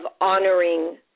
honoring